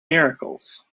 miracles